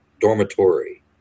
dormitory